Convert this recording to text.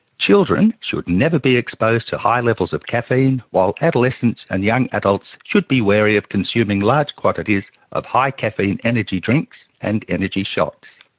children should never be exposed to high levels of caffeine, while adolescents and young adults should be wary of consuming large quantities of high caffeine energy drinks and energy shots.